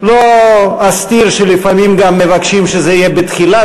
ולא אסתיר שלפעמים גם מבקשים שזה יהיה בתחילת